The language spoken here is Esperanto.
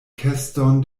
keston